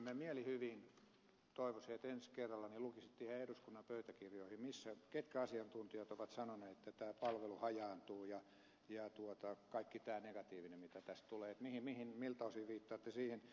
minä mielihyvin toivoisin että ensi kerralla lukisitte ihan eduskunnan pöytäkirjoihin ketkä asiantuntijat ovat sanoneet että tämä palvelu hajaantuu ja kaiken tämän negatiivisen osalta mitä tässä tulee miltä osin viittaatte siihen